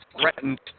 threatened